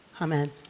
Amen